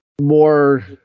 More